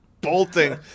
bolting